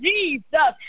Jesus